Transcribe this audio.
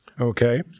okay